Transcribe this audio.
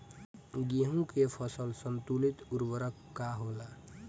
गेहूं के फसल संतुलित उर्वरक का होला?